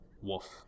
wolf